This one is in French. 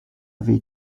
avait